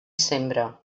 sembra